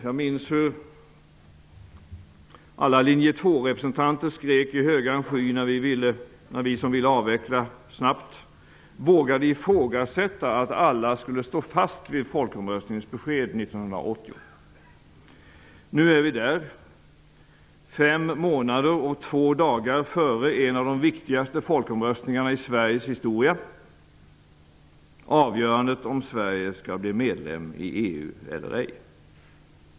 Jag minns hur alla linje-2-representanter skrek i högan sky när vi som ville avveckla snabbt vågade ifrågasätta att alla skulle stå fast vid folkomröstningens besked 1980. Nu är vi där, fem månader och två dagar före en av de viktigaste folkomröstningarna i Sveriges historia: avgörandet om Sverige skall bli medlem i EU eller ej.